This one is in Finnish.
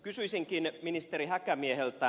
kysyisinkin ministeri häkämieheltä